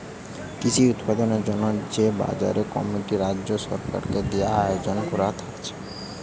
কৃষি উৎপাদনের জন্যে যে বাজার কমিটি রাজ্য সরকার দিয়ে আয়জন কোরা থাকছে